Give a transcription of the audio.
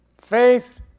Faith